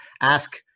ask